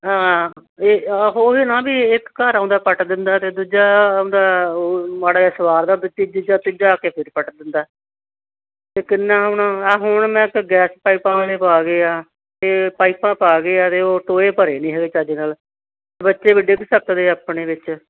ਹਾਂ ਇਹ ਅ ਹੋਵੇ ਨਾ ਵੀ ਇੱਕ ਘਰ ਆਉਂਦਾ ਪੱਟ ਦਿੰਦਾ ਅਤੇ ਦੂਜਾ ਆਉਂਦਾ ਮਾੜਾ ਜਿਹਾ ਸਵਾਰਦਾ ਅਤੇ ਤੀਜਾ ਆ ਕੇ ਫਿਰ ਪੱਟ ਦਿੰਦਾ ਅਤੇ ਕਿੰਨਾ ਹੁਣ ਆਹ ਹੁਣ ਮੈਂ ਗੈਸ ਪਾਈਪਾਂ ਵਾਲੇ ਪਾ ਗਿਆ ਫਿਰ ਪਾਈਪਾਂ ਪਾ ਗਏ ਆ ਅਤੇ ਉਹ ਟੋਏ ਭਰੇ ਨਹੀਂ ਅਜੇ ਚੱਜ ਨਾਲ ਬੱਚੇ ਡਿੱਗ ਵੀ ਸਕਦੇ ਆ ਦੇ ਆਪਣੇ ਵਿੱਚ